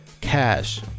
cash